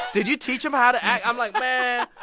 did you teach him how to act? i'm like, man,